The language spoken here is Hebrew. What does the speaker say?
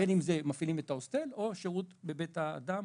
בין אם זה מפעילים את ההוסטל או שירות בבית האדם.